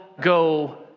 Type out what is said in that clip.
go